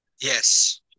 yes